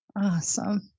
awesome